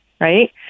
right